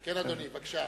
כן, אדוני, בבקשה.